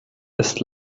ist